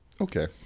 okay